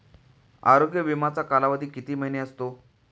आरोग्य विमाचा कालावधी किती महिने असतो?